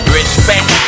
Respect